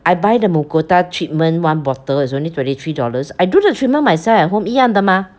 I buy the Mucota treatment one bottle is only twenty three dollars I do the treatment myself at home 一样的 mah